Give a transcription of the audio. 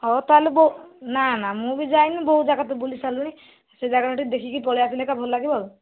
ହଉ ତାହେଲେ ନା ନା ମୁଁ ବି ଯାଇନି ବହୁ ଜାଗା ତ ବୁଲି ସାରିଲୁଣି ସେ ଜାଗା ଟିକେ ଦେଖିକି ପଳେଇ ଆସିଲେ ଏକା ଭଲ ଲାଗିବ ଆଉ